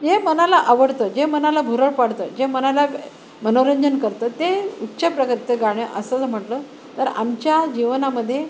जे मनाला आवडतं जे मनाला भुरळ पडतं जे मनाला मनोरंजन करतं ते उच्च प्रगत गाणें असं जर म्हंटलं तर आमच्या जीवनामध्ये